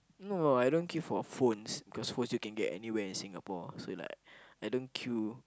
no I don't queue for phones because phones you can get anywhere in Singapore so like I don't queue